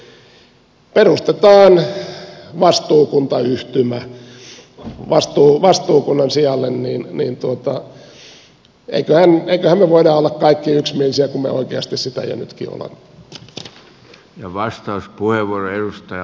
kun perustetaan vastuukuntayhtymä vastuukunnan sijalle niin emmeköhän me voi olla kaikki yksimielisiä kun me oikeasti sitä jo nytkin olemme